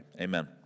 amen